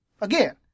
again